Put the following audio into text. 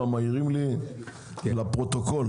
על הובלת הנושא הזה כי העניין של החקלאות בהכרח,